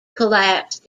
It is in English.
collapse